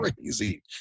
crazy